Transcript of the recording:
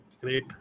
great